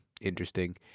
interesting